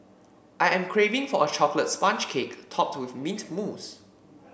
I am craving for a chocolate sponge cake topped with mint mousse